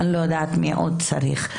אני לא יודעת מי עוד צריך.